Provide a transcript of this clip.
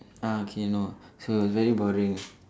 ah okay no so it's very boring